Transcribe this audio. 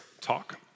talk